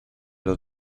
los